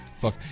Fuck